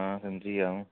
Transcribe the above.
आं समझी गेआ अं'ऊ